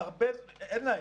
אין להם,